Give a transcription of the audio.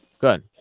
Good